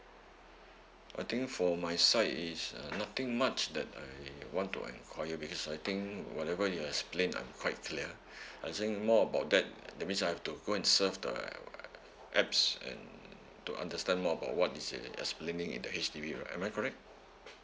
I think for my side is uh nothing much that I want to enquire because I think whatever you explain I'm quite clear I think more about that that means I have to go and surf the err apps and to understand more about what the explaining in the H_D_B right am I correct